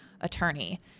attorney